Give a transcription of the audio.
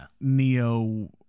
neo